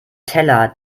teller